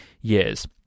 years